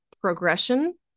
progression